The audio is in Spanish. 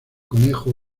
conejo